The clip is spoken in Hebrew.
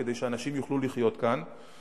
כדי שאנשים יוכלו לחיות כאן,